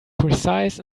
precise